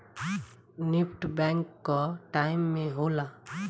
NEFT bank कअ time में होला